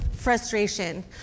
frustration